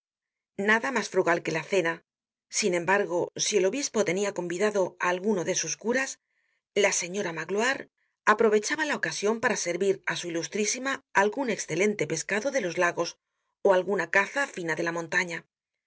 nada mas frugal que la cena sin embargo si el obispo tenia convidado á alguno de sus curas la señora magloire aprovechaba la ocasion para servir á su ilustrísima algun escelente pescado de los lagos ó alguna caza fina de la montaña